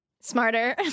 smarter